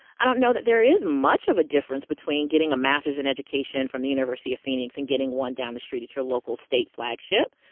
i don't know that there is much of a difference between getting a master's in education from the university of phoenix, and getting one down the street at your local state flagship.